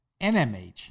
NMH